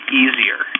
easier